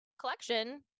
collection